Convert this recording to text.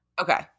Okay